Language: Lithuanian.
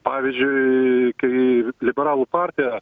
pavyzdžiui kai liberalų partija